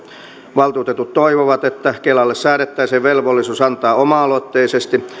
valtuutetut toivovat että kelalle säädettäisiin velvollisuus antaa oma aloitteisesti